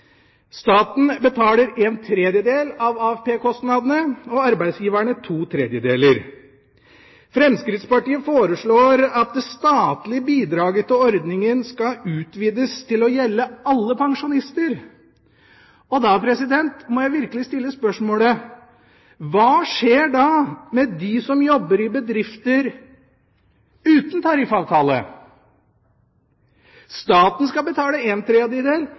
Staten betaler en tredjedel av AFP-kostnadene og arbeidsgiverne to tredjedeler. Fremskrittspartiet foreslår at det statlige bidraget til ordningen skal utvides til å gjelde alle pensjonister. Da må jeg virkelig stille spørsmålet: Hva skjer da med dem som jobber i bedrifter uten tariffavtale? Hvis staten skal betale en tredjedel,